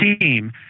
team